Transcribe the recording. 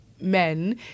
men